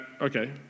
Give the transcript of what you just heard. okay